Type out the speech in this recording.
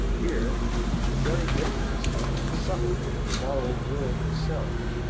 here the very intricacy and subtlety of the moral world itself,